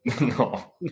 No